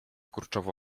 kurczowo